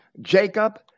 Jacob